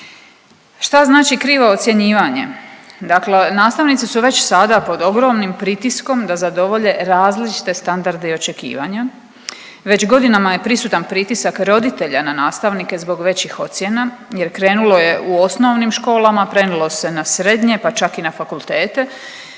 Šta znači krivo ocjenjivanje? Dakle, nastavnici su već sada pod ogromnim pritiskom da zadovolje različite standarde i očekivanja. Već godinama je prisutan pritisak roditelja na nastavnike zbog većih ocjena jer krenulo je u osnovnim školama, prelilo se na srednje, pa čak i na fakultete.